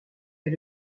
est